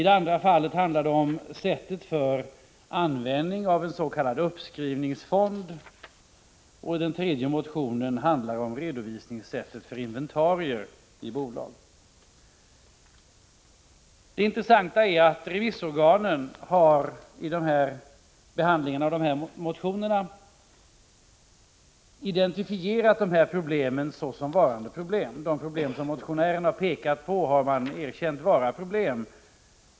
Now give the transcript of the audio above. Den andra motionen handlar om sättet för användning av en s.k. uppskrivningsfond, och den tredje motionen handlar om sättet för redovis Det är intressant att notera att remissorganen vid behandlingen av motionerna har identifierat de svårigheter som motionären pekat på såsom varande problem.